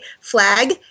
flag